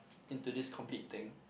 into this complete thing